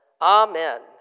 Amen